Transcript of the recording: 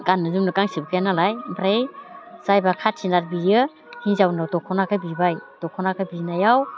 गाननो जुमनो गांसेबो गैयानालाय ओमफ्राय जायबा खाथिनार बियो हिनजावनाव दखनाखौ बिबाय दखनाखौ बिनायाव